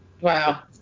Wow